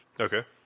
Okay